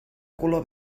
color